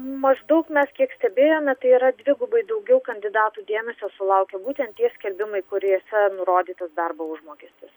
maždaug mes kiek stebėjome tai yra dvigubai daugiau kandidatų dėmesio sulaukia būtent tie skelbimai kuriese nurodytas darbo užmokestis